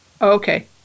Okay